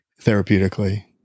therapeutically